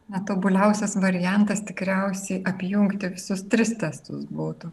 netobuliausias variantas tikriausiai apjungti visus tris testus būtų